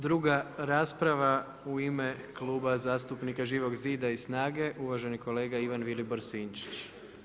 Druga rasprava u ime Kluba zastupnika Živog zida i SNAGA-e, uvaženi kolega Ivan Vilibor Sinčić.